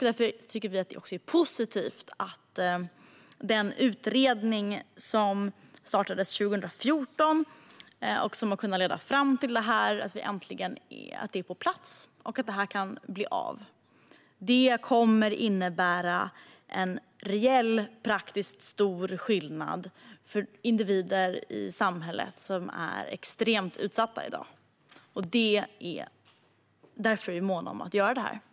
Därför tycker vi att det är positivt att den utredning som startades 2014 har lett fram till att dessa förslag till lagändringar äntligen kommer på plats och blir av. Det kommer att innebära en reell praktisk och stor skillnad för extremt utsatta individer i samhället. Därför är vi måna om att genomföra denna förändring.